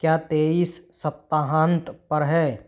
क्या तेइस सप्ताहांत पर है